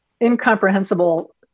incomprehensible